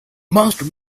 monster